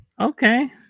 Okay